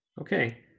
Okay